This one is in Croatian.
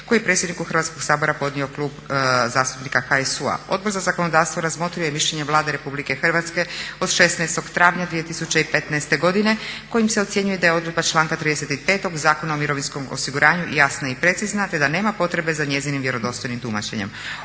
koji je predsjedniku Hrvatskog sabora podnio Klub zastupnika HSU-a. Odbor za zakonodavstvo razmotrio je mišljenje Vlade RH od 16. travnja 2015. godine kojim se ocjenjuje da je odredba članka 35. Zakona o mirovinskom osiguranju jasna i precizna te da nema potrebe za njezinim vjerodostojnim tumačenjem.